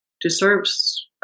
deserves